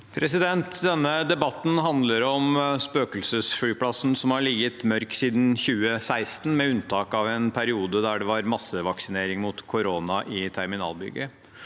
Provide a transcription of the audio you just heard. Denne debatten handler om spøkelsesflyplassen som har ligget mørk siden 2016, med unntak av en periode da det var massevaksinering mot korona i terminalbygget.